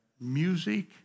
music